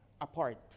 apart